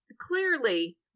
Clearly